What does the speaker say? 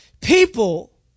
People